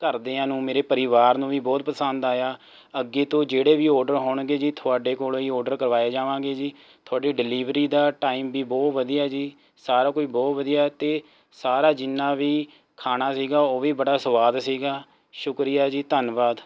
ਘਰਦਿਆਂ ਨੂੰ ਮੇਰੇ ਪਰਿਵਾਰ ਨੂੰ ਵੀ ਬਹੁਤ ਪਸੰਦ ਆਇਆ ਅੱਗੇ ਤੋਂ ਜਿਹੜੇ ਵੀ ਓਰਡਰ ਹੋਣਗੇ ਜੀ ਤੁਹਾਡੇ ਕੋਲੋਂ ਹੀ ਓਰਡਰ ਕਰਵਾਏ ਜਾਵਾਂਗੇ ਜੀ ਤੁਹਾਡੀ ਡਿਲਵਰੀ ਦਾ ਟਾਈਮ ਵੀ ਬਹੁਤ ਵਧੀਆ ਜੀ ਸਾਰਾ ਕੁਛ ਬਹੁਤ ਵਧੀਆ ਅਤੇ ਸਾਰਾ ਜਿੰਨਾਂ ਵੀ ਖਾਣਾ ਸੀਗਾ ਉਹ ਵੀ ਬੜਾ ਸਵਾਦ ਸੀਗਾ ਸ਼ੁਕਰੀਆ ਜੀ ਧੰਨਵਾਦ